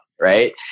Right